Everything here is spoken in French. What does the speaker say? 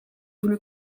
voulu